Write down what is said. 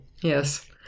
Yes